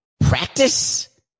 Practice